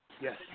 Yes